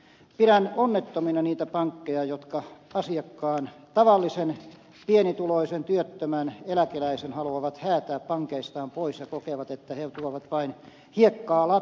pidän onnettomina niitä pankkeja jotka asiakkaan tavallisen pienituloisen työttömän eläkeläisen haluavat häätää pankeistaan pois ja kokevat että he tuovat vain hiekkaa lattialle